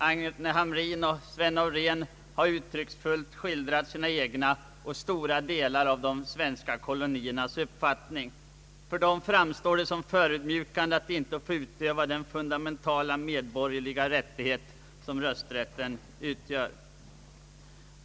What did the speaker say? Agne Hamrin och Sven Aurén har uttrycksfullt skildrat både sin egen uppfattning och den som råder inom stora delar av de kolonier svenskar som finns utomlands. Det framstår för dem som förödmjukande att inte få utöva den fundamentala medborgerliga rättighet som rösträtten utgör.